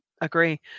agree